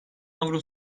avro